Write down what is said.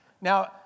Now